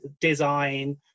design